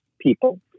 people